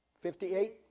Fifty-eight